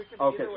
Okay